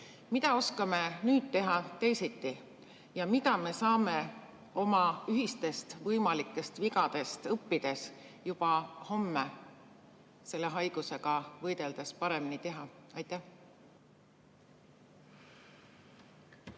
Mida oskame nüüd teha teisiti ja mida me saame oma ühistest võimalikest vigadest õppides juba homme selle haigusega võideldes paremini teha? Suur